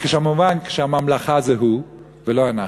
וכמובן כשהממלכה זה הוא ולא אנחנו.